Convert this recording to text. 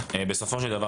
בסופו של דבר